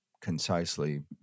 concisely